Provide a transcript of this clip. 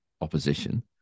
opposition